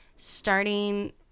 starting